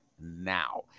now